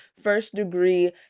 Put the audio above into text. first-degree